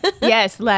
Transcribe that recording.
Yes